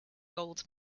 gold